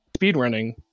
speedrunning